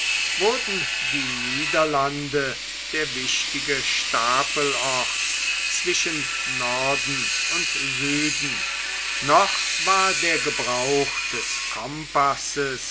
wurden die niederlande der wichtige stapelort zwischen norden und süden noch war der gebrauch des compasses